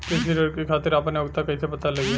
कृषि ऋण के खातिर आपन योग्यता कईसे पता लगी?